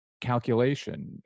calculation